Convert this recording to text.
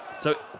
so,